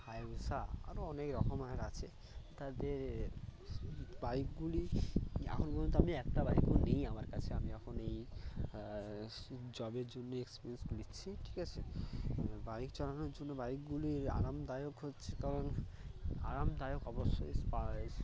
Hayabusa আরও অনেক রকমের আছে তাদের বাইকগুলি এখন পর্যন্ত আমি একটা বাইকও নেই আমার কাছে আমি এখন এই জবের জন্য এক্সপিরিয়েন্স নিচ্ছি ঠিক আছে বাইক চালানোর জন্য বাইকগুলির আরামদায়ক হচ্ছে কারণ আরামদায়ক অবশ্যই স্পাই